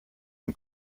den